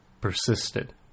persisted